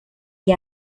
que